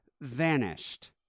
vanished